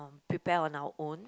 prepare on our own